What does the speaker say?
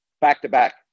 back-to-back